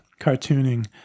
cartooning